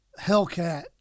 hellcat